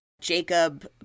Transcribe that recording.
Jacob